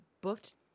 booked